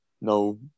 no